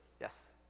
Yes